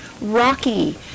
Rocky